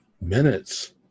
minutes